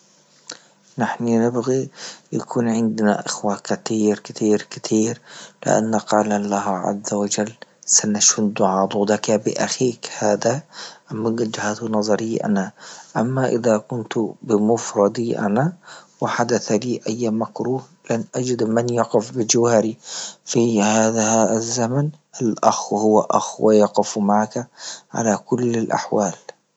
نحن نبغي يكون عندنا اخوى كثير كثير لأن قال الله عز وجل سنشد عضولك بأخيك هذا، أما وجهة نظري أنا اما إذا قمت بمفردي أنا وحدث لي أي مكروه لن أجد من يقف في هذا الزمن الأخ وهو أخ ويقف معك على كل الأحوال.